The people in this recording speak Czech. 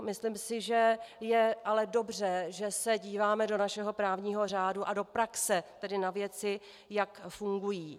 Myslím si, že je ale dobře, že se díváme do našeho právního řádu a do praxe, tedy na věci, jak fungují.